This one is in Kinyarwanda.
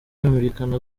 yumvikana